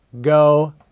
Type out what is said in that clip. go